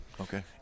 Okay